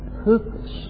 Purpose